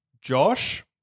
Josh